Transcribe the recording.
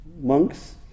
Monks